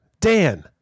Dan